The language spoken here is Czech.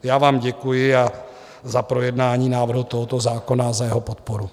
Já vám děkuji za projednání návrhu tohoto zákona a za jeho podporu.